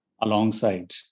alongside